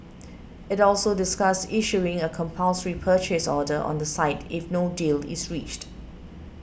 it also discussed issuing a compulsory purchase order on the site if no deal is reached